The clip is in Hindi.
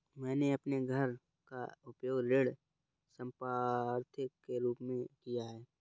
मैंने अपने घर का उपयोग ऋण संपार्श्विक के रूप में किया है